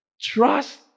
Trust